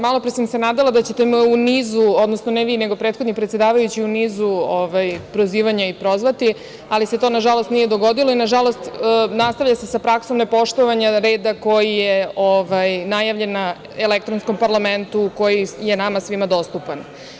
Malopre sam se nadala da ćete me, ne vi, nego prethodni predsedavajući, u nizu prozivanja i prozvati, ali se to nažalost nije dogodilo i nažalost nastavlja se sa praksom nepoštovanja reda koji je najavljen u elektronskom parlamentu koji je nama svima dostupan.